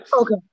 Okay